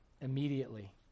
immediately